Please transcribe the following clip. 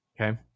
okay